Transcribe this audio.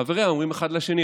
חבריה אומרים אחד לשני.